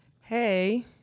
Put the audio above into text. Hey